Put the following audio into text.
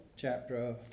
chapter